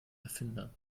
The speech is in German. erfinder